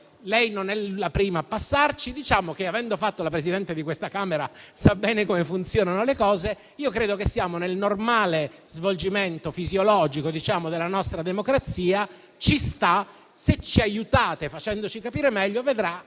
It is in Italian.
Lei non è la prima a passarci e, avendo ricoperto la carica di Presidente di questa Camera, sa bene come funzionano le cose. Io credo che siamo nel normale svolgimento fisiologico della nostra democrazia. Se ci aiutate, facendoci capire meglio, vedrà